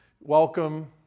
Welcome